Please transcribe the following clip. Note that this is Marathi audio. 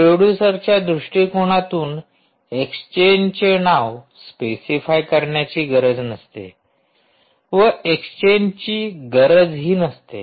प्रोडूसरच्या दृष्टिकोनातून एक्सचेंजचे नाव स्पेसिफाय करण्याची गरज नसते व एक्सचेंजची गरजही नसते